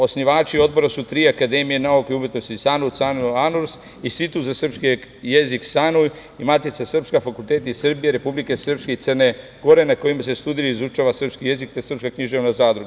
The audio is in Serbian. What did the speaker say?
Osnivači Odbora su tri akademije, nauka i umetnosti i SANU, Institut za srpski jezik SANU i Matica srpska, fakulteti iz Srbije, Republike Srpske i Crne Gore na čijim se studijama izučava srpski jezik, te srpska književna zadruga.